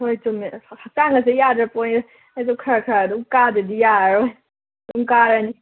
ꯍꯣꯏ ꯆꯨꯝꯃꯦ ꯑꯁ ꯍꯛꯆꯥꯡꯒꯁꯦ ꯌꯥꯗ꯭ꯔꯄꯣꯠꯅꯤꯗ ꯑꯗꯣ ꯈ꯭ꯔ ꯈ꯭ꯔ ꯑꯗꯨꯝ ꯀꯥꯗ꯭ꯔꯗꯤ ꯌꯥꯔꯔꯣꯏ ꯑꯗꯨꯝ ꯀꯥꯔꯅꯤ